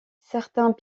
certains